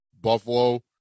Buffalo